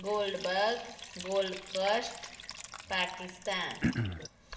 gold બગ gold કષ્ટ પાકિસ્તાન